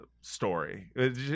story